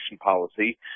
policy